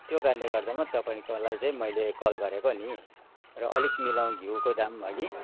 त्यो कारणले गर्दामा तपाईँकोलाई चाहिँ मैले कल गरेको नि र अलिक मिलाउँ घिउको दाम हगि